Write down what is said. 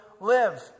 live